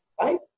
right